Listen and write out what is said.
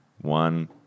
one